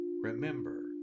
remember